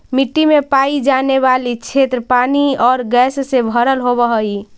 मिट्टी में पाई जाने वाली क्षेत्र पानी और गैस से भरल होवअ हई